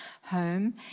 home